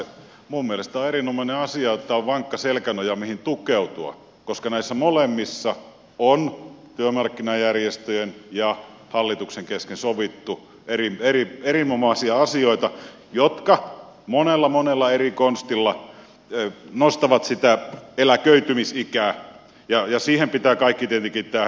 minun mielestäni on erinomainen asia että on vankka selkänoja mihin tukeutua koska näissä molemmissa on työmarkkinajärjestöjen ja hallituksen kesken sovittu erinomaisia asioita jotka monella monella eri konstilla nostavat sitä eläköitymisikää ja siihen pitää kaiken tietenkin tähdätä